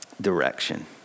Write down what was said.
direction